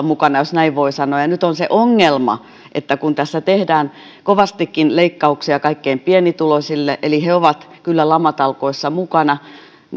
mukana jos näin voi sanoa nyt on se ongelma että kun tässä tehdään kovastikin leikkauksia kaikkein pienituloisimmille eli he ovat kyllä lamatalkoissa mukana